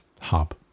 hub